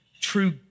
true